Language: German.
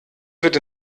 wird